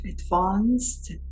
advanced